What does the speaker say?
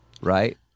right